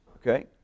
Okay